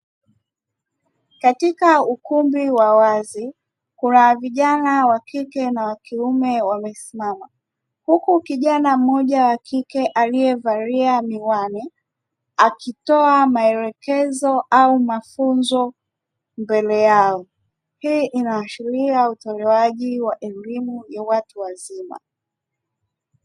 Katika ukumbi wa wazi, kuna vijana wa kike na wa kiume wamesimama huku kijana mmoja wa kike aliyevalia miwani, akitoa maelekezo au mafunzo mbele yao hii inaashiria utolewaji wa elimu ya watu wazima.